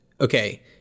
Okay